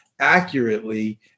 accurately